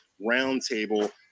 Roundtable